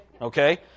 Okay